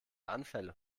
anfälle